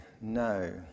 no